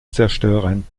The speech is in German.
zerstören